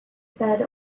said